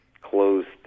closed